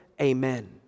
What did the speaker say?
Amen